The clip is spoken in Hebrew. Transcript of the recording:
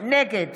נגד